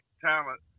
talent